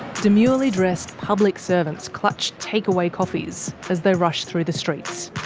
demurely dressed public servants clutch takeaway coffees as they rush through the streets.